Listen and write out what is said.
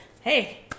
hey